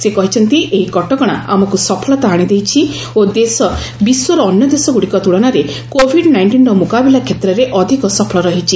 ସେ କହିଛନ୍ତି ଏହି କଟକଣା ଆମକୁ ସଫଳତା ଆଣିଦେଇଛି ଓ ଦେଶ ବିଶ୍ୱର ଅନ୍ୟ ଦେଶଗୁଡ଼ିକ ତୁଳନାରେ କୋଭିଡ୍ ନାଇଷ୍ଟିନ୍ର ମୁକାବିଲା କ୍ଷେତ୍ରରେ ଅଧିକ ସଫଳ ରହିଛି